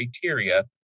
criteria